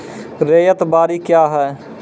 रैयत बाड़ी क्या हैं?